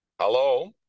Hello